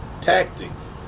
tactics